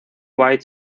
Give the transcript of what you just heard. white